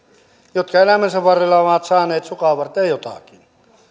jotka elämänsä varrella ovat saaneet sukanvarteen jotakin